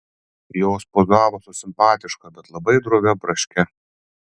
jos pozavo su simpatiška bet labai drovia braške